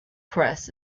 press